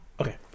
okay